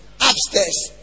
Upstairs